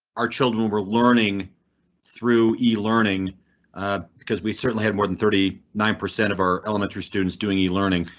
our children were learning through e learning because we certainly had more than thirty nine percent of our elementary students doing e learning,